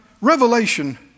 Revelation